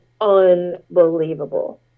unbelievable